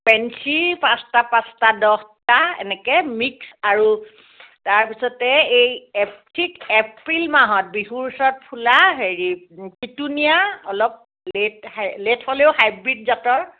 পেঞ্চি পাঁচটা পাঁচটা দহটা এনেকৈ মিক্স আৰু তাৰপিছতে এই এপ ঠিক এপ্ৰিল মাহত বিহুৰ ওচৰত ফুলা হেৰি পিটুনিয়া অলপ লে'ট হাই লে'ট হ'লেও হাইব্ৰিদ জাতৰ